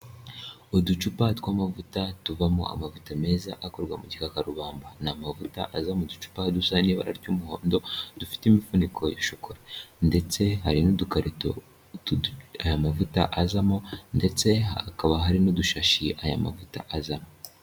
Uducupa tw'amavuta tuvamo amavuta meza akorwa mu gikakarubamba, ni amavuta aza mu ducupa dusa n'ibara ry'umuhondo, dufite imifuniko ya shokora, ndetse hari n'udukarito aya mavuta azamo ndetse hakaba hari n'udushashi aya mavuta azamo.